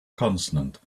consonant